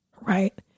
Right